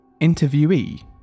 Interviewee